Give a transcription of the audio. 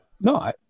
No